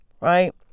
Right